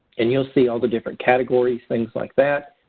and you'll see all the different categories, things like that.